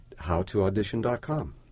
howtoaudition.com